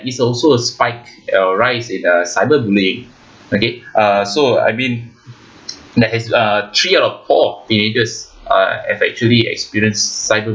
is also a spike uh a rise in a cyber bullying okay uh so I mean there's uh three out of four teenagers uh have actually experienced cyber